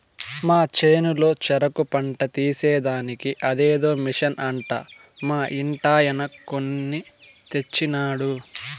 మా చేనులో చెరుకు పంట తీసేదానికి అదేదో మిషన్ అంట మా ఇంటాయన కొన్ని తెచ్చినాడు